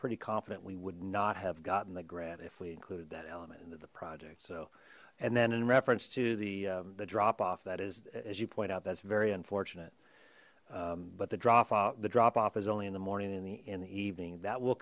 pretty confident we would not have gotten the grant if we included that element into the project so and then in reference to the the drop off that is as you point out that's very unfortunate but the dropout the drop off is only in the morning and the in the evening that will